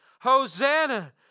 Hosanna